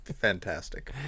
Fantastic